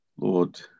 Lord